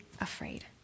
afraid